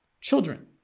children